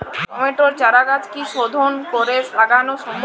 টমেটোর চারাগাছ কি শোধন করে লাগানো সম্ভব?